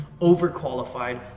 overqualified